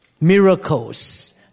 miracles